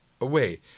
away